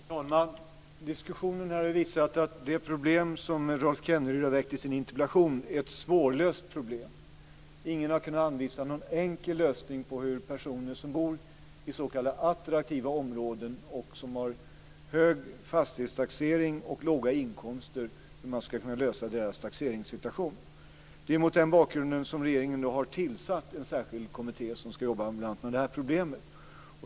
Fru talman! Diskussionen här har visat att det problem som Rolf Kenneryd har tagit upp i sin interpellation är svårlöst. Ingen har kunnat anvisa någon enkel lösning på taxeringssituationen för personer som bor i s.k. attraktiva områden, som har hög fastighetstaxering och låga inkomster. Det är mot den bakgrunden som regeringen nu har tillsatt en särskild kommitté som ska jobba med bl.a. det här problemet.